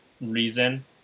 reason